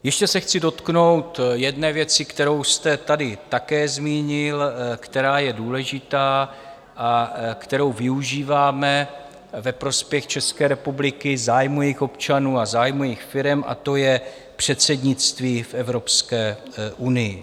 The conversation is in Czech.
Ještě se chci dotknout jedné věci, kterou jste tady také zmínil, která je důležitá a kterou využíváme ve prospěch České republiky v zájmu jejích občanů a v zájmu jejích firem, a to je předsednictví v Evropské unii.